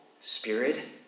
spirit